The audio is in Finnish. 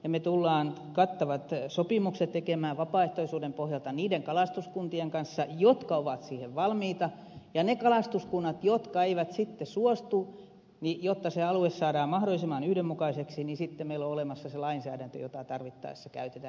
me tulemme kattavat sopimukset tekemään vapaaehtoisuuden pohjalta niiden kalastuskuntien kanssa jotka ovat siihen valmiita ja niiden kalastuskuntien varalta jotka eivät sitten suostu niin jotta se alue saadaan mahdollisimman yhdenmukaiseksi sitten meillä on olemassa se lainsäädäntö jota tarvittaessa käytetään